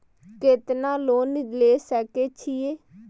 केतना लोन ले सके छीये?